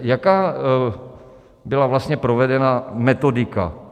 Jaká byla vlastně provedena metodika?